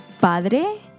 padre